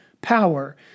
power